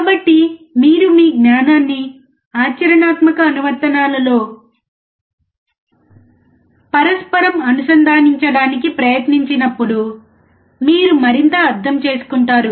కాబట్టి మీరు మీ జ్ఞానాన్ని ఆచరణాత్మక అనువర్తనాలతో పరస్పరం అనుసంధానించడానికి ప్రయత్నించినప్పుడు మీరు మరింత అర్థం చేసుకుంటారు